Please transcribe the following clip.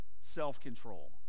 self-control